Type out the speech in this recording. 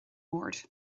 mbord